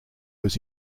was